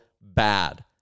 bad